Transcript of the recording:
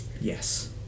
Yes